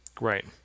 Right